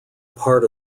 part